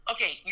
Okay